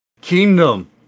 Kingdom